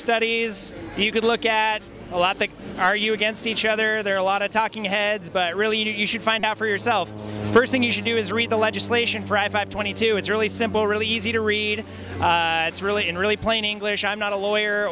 studies you could look at a lot that are you against each other there are a lot of talking heads but really you should find out for yourself first thing you should do is read the legislation for a five twenty two it's really simple really easy to read it's really in really plain english i'm not a lawyer